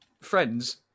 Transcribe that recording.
Friends